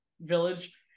village